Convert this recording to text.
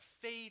faith